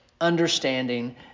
understanding